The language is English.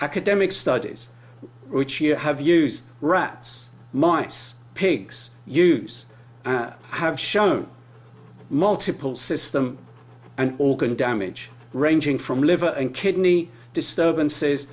academic studies have used rats mice pigs use have shown multiple system and organ damage ranging from liver and kidney disturbances